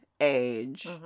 age